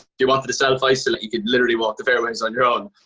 you wanted to self-isolate, you could literally walk the fairways on your own.